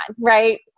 right